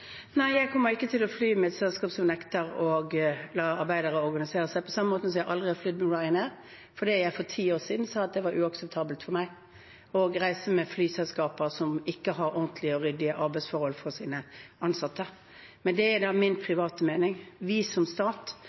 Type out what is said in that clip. Nei, jeg kommer ikke til å fly med et selskap som nekter å la arbeiderne organisere seg, på samme måte som jeg aldri har flydd med Ryanair fordi jeg for ti år siden sa at det var uakseptabelt for meg å reise med flyselskaper som ikke har ordentlige og ryddige arbeidsforhold for sine ansatte. Men det er min private mening. Vi som stat